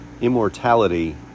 immortality